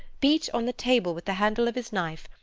beat on the table with the handle of his knife,